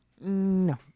no